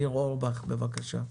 ניר אורבך, בבקשה.